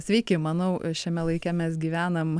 sveiki manau šiame laike mes gyvenam